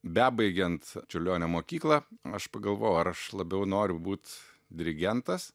bebaigiant čiurlionio mokyklą aš pagalvojau ar aš labiau noriu būt dirigentas